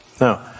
No